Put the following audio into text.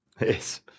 Yes